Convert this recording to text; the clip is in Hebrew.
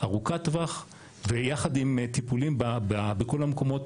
ארוכת טווח ויחד עם טיפולים בכל המקומות,